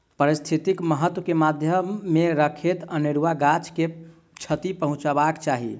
पारिस्थितिक महत्व के ध्यान मे रखैत अनेरुआ गाछ के क्षति पहुँचयबाक चाही